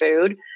food